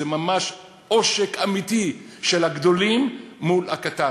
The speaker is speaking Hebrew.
זה ממש עושק אמיתי של הגדולים מול הקטן.